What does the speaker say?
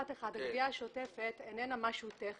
אגיד עוד משפט אחד: הגבייה השוטפת איננה משהו טכני.